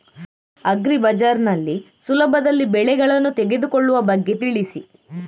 agri Bazaar ನಲ್ಲಿ ಸುಲಭದಲ್ಲಿ ಬೆಳೆಗಳನ್ನು ತೆಗೆದುಕೊಳ್ಳುವ ಬಗ್ಗೆ ತಿಳಿಸಿ